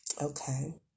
okay